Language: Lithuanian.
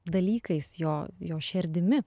dalykais jo jo šerdimi